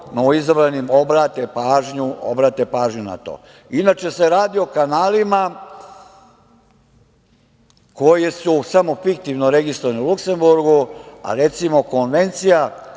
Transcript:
ipak malo obrate pažnju na to. Inače se radi o kanalima koji su samo fiktivno registrovani u Luksemburgu, a recimo, konvencija